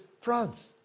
France